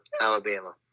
Alabama